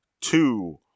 two